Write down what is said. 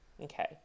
Okay